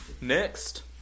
Next